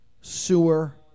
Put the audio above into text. Sewer